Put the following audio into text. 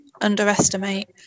underestimate